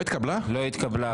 לא התקבלה?